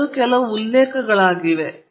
ಇವುಗಳು ಕೆಲವು ಉಲ್ಲೇಖಗಳಾಗಿವೆ